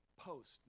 post